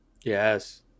Yes